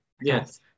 yes